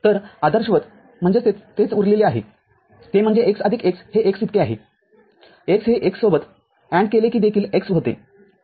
तरआदर्शवत म्हणजेच तेच उरलेले आहे ते म्हणजे x आदिक x हे x इतके आहे x हे x सोबत AND केले कि देखील x होते